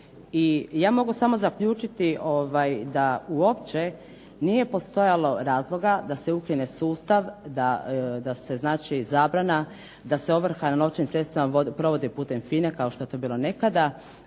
ja mogu samo zaključiti da uopće nije postojalo razloga da se ukine sustav da se znači zabrana, da se ovrha na novčanim sredstvima provodi putem FINA-e kao što je to bilo nekada.